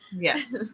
Yes